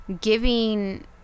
giving